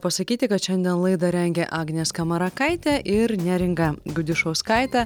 pasakyti kad šiandien laidą rengė agnė skamarakaitė ir neringa gudišauskaitė